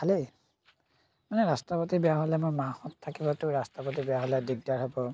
ভালেই মানে ৰাস্তা পাতি বেয়া হ'লে আমাৰ মাহঁত থাকিবতো ৰাস্তা পদূলি বেয়া হ'লে দিগদাৰ হ'ব